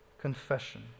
confession